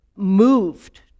moved